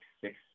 six